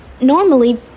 normally